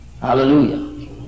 Hallelujah